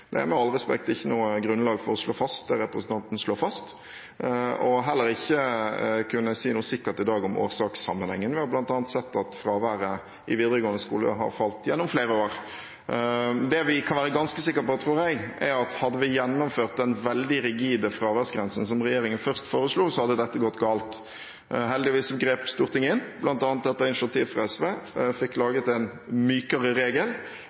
bordet først. Med all respekt: Det er ikke noe grunnlag for å slå fast det representanten slår fast, og heller ikke for å si noe sikkert om årsakssammenhengen i dag. Vi har bl.a. sett at fraværet i videregående skole har falt gjennom flere år. Det vi kan være ganske sikker på, tror jeg, er at hadde vi gjennomført den veldig rigide fraværsgrensen som regjeringen først foreslo, hadde dette gått galt. Heldigvis grep Stortinget inn, bl.a. etter initiativ fra SV, og fikk laget en mykere regel.